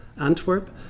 antwerp